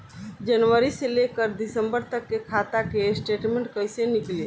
जनवरी से लेकर दिसंबर तक के खाता के स्टेटमेंट कइसे निकलि?